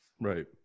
Right